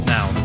Now